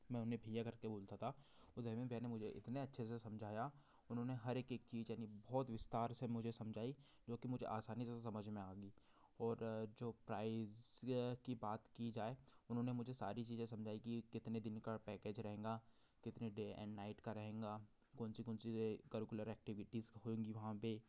मैं उन्हें भैया कर के बोलता था उदय में पहले मुझे इतने अच्छे से समझाया उन्होंने हर एक एक चीज़ यानी बहुत विस्तार से मुझे समझाई जो कि मुझे आसानी से समझ में आ गई और जो प्राइज़ की बात की जाए उन्होंने मुझे सारी चीज़ें समझाई कि कितने दिन का पैकेज रहेगा कितने डे एंड नाइच का रहेगा कौन सी कौन सी करुकुलर एक्टिवीटिज़ होएंगी वहाँ पर